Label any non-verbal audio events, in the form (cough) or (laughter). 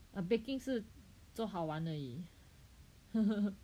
err baking 是做好玩而已 (laughs)